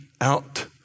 out